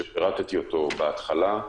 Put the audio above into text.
שפירטתי בהתחלה,